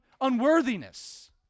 unworthiness